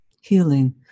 healing